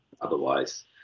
otherwise